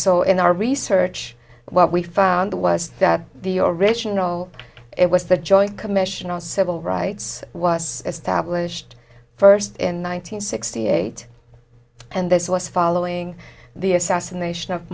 so in our research what we found was that the original it was the joint commission on civil rights was established first in one thousand nine hundred sixty eight and this was following the assassination of